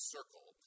Circle